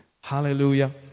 Hallelujah